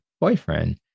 boyfriend